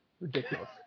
Ridiculous